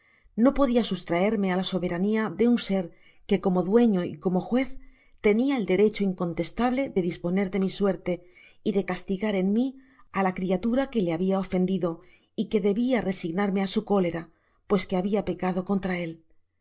no podia sustraerme a la soberania de un ser que como dueño y como juez tenia el derecho incontestable de disponer de mi suerte y de castigar en mí á la criatura que le habia ofendido y que debía resignarme á su cólera pues que habia pecado contra él